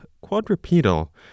quadrupedal